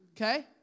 Okay